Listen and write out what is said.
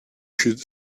should